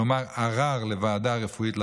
כלומר ערר לוועדה הרפואית לעררים.